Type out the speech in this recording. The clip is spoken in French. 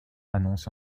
annonce